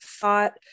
thought